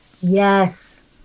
yes